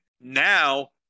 Now